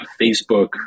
Facebook